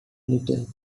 little